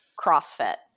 CrossFit